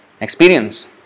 experience